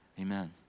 Amen